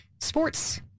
Sports